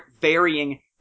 varying